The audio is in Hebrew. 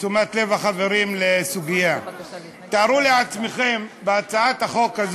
ועדת השרים לענייני חקיקה החליטה לתמוך בהצעת החוק בכפוף